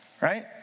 Right